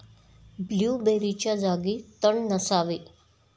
ब्लूबेरीच्या जागी तण नसावे